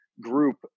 group